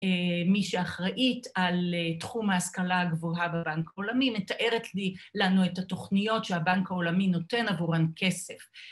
מי שאחראית על תחום ההשכלה הגבוהה בבנק העולמי מתארת לנו את התוכניות שהבנק העולמי נותן עבורן כסף